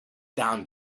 down